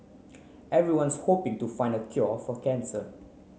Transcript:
everyone's hoping to find the cure for cancer